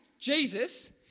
Jesus